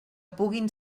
puguin